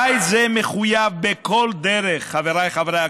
בית זה מחויב בכל דרך, חבריי חברי הכנסת,